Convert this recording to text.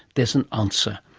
there is an answer.